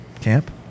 camp